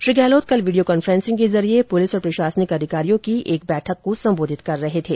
श्री गहलोत कल video conferencing के जरिए पुलिस और प्रशासनिक अधिकारियों की एक बैठक को सम्बोधित कर रहे थे